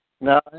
No